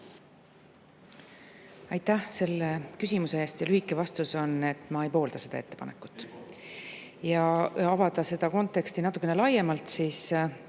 Aitäh selle küsimuse eest! Lühike vastus on, et ma ei poolda seda ettepanekut. Avan seda konteksti natukene laiemalt. Teie